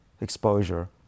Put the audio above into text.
exposure